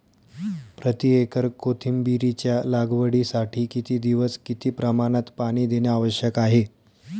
प्रति एकर कोथिंबिरीच्या लागवडीसाठी किती दिवस किती प्रमाणात पाणी देणे आवश्यक आहे?